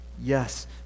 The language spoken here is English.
Yes